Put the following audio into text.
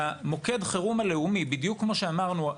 מוקד החירום הלאומי בדיוק כמו שאמרנו,